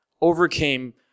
overcame